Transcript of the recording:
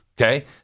Okay